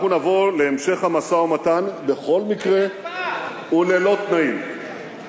אנחנו נבוא להמשך המשא-ומתן בכל מקרה, וללא תנאים.